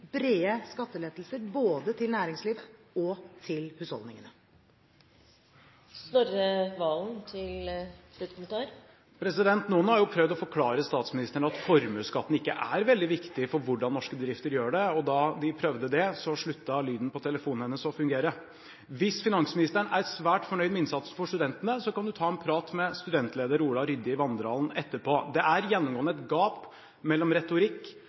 brede skattelettelser både til næringslivet og til husholdningene. Noen har jo prøvd å forklare statsministeren at formuesskatten ikke er veldig viktig for hvordan norske bedrifter gjør det, og da de prøvde det, sluttet lyden på telefonen hennes å fungere. Hvis finansministeren er svært fornøyd med innsatsen for studentene, kan hun ta en prat med studentleder Ola Rydje i vandrehallen etterpå. Det er gjennomgående et gap mellom retorikk